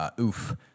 Oof